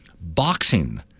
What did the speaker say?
boxing